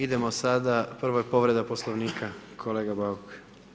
Idemo sada, prvo je povreda Poslovnika, kolega Bauk.